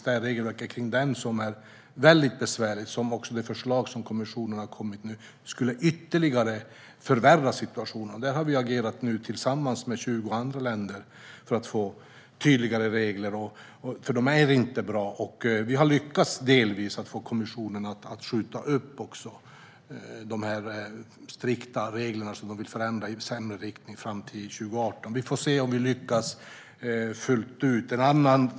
Det regelverk som finns är väldigt besvärligt, och det förslag som kommissionen nu har kommit med skulle ytterligare förvärra situationen. Där har vi agerat tillsammans med 20 andra länder för att få tydligare regler. De är inte bra, men vi har delvis lyckats få kommissionen att skjuta upp de strikta reglerna. Man vill förändra i sämre riktning fram till 2018, så vi får se om vi lyckas fullt ut.